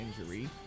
injury